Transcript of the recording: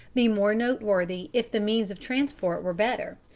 be more noteworthy if the means of transport were better,